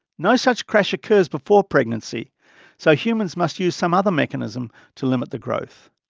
no such crash occurs before pregnancy so humans must use some other mechanism to limit the growth.